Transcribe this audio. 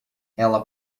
ela